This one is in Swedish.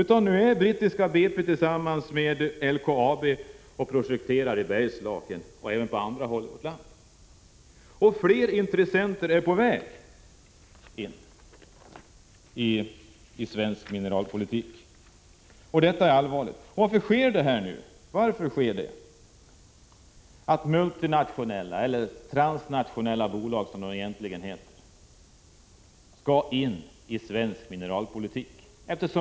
Nu är brittiska BP tillsammans med LKAB i färd med att projektera i Bergslagen och på andra håll, och fler intressenter är på väg in i svensk mineralpolitik. Detta är allvarligt. Varför sker detta? Varför kommer multinationella bolag — eller transnationella som det egentligen borde heta — in i svensk mineralpolitik?